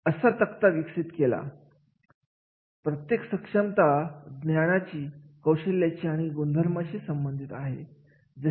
आणि जर बक्षीस म्हणाली असेल तर कर्मचारी टिकून राहतील आणि त्यांच्या कामगिरीमध्ये सुद्धा सुधारणा होईल